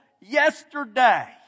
yesterday